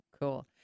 cool